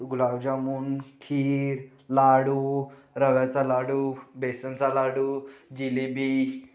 गुलाबजामुन खीर लाडू रव्याचा लाडू बेसनचा लाडू जिबी